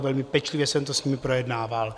Velmi pečlivě jsem to s nimi projednával.